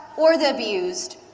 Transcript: or the abused.